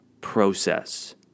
process